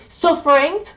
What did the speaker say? Suffering